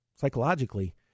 psychologically